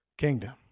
kingdom